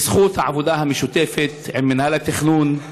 בזכות העבודה המשותפת עם מינהל התכנון,